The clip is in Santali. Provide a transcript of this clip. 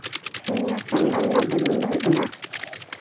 ᱤᱧᱟᱹᱜ ᱟᱸᱜᱷᱟᱨ ᱨᱮᱭᱟᱜ ᱵᱩᱡᱩᱱ ᱫᱚ ᱦᱩᱭᱩᱜ ᱠᱟᱱᱟ